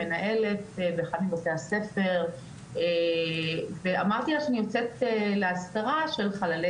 מנהלת באחד מבתי הספר ואמרתי לה שאני יוצאת לאזכרה של חללי